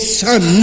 son